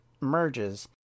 merges